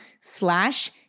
slash